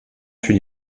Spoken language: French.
fut